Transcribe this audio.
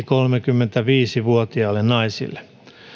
kolmekymmentäviisi vuotiailla naisilla